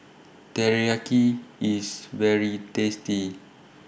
Teriyaki IS very tasty